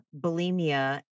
bulimia